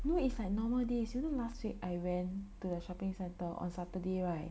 no it's like normal days you know last week I went to the shopping centre on Saturday right